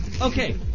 okay